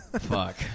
Fuck